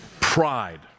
Pride